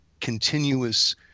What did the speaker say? continuous